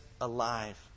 alive